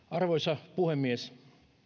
arvoisa puhemies